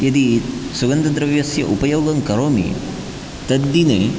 यदि सुगन्धद्रव्यस्य उपयोगं करोमि तद्दिने